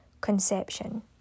conception